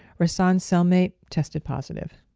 rahsaan's cellmate tested positive